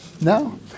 no